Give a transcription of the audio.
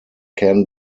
can